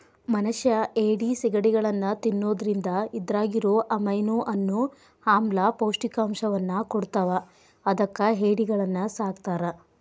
ಮನಷ್ಯಾ ಏಡಿ, ಸಿಗಡಿಗಳನ್ನ ತಿನ್ನೋದ್ರಿಂದ ಇದ್ರಾಗಿರೋ ಅಮೈನೋ ಅನ್ನೋ ಆಮ್ಲ ಪೌಷ್ಟಿಕಾಂಶವನ್ನ ಕೊಡ್ತಾವ ಅದಕ್ಕ ಏಡಿಗಳನ್ನ ಸಾಕ್ತಾರ